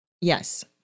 Yes